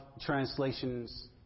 translations